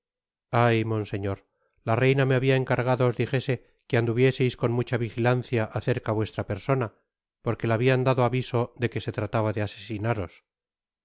ay monseñor la reina me habia encargado os dijese que anduvieseis con mucha vigilancia acerca vuestra persona porque la habian dado aviso de que se trataba de asesinaros